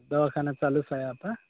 दवाखाना चालूच आहे आता